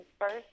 first